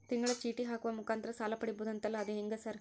ತಿಂಗಳ ಚೇಟಿ ಹಾಕುವ ಮುಖಾಂತರ ಸಾಲ ಪಡಿಬಹುದಂತಲ ಅದು ಹೆಂಗ ಸರ್?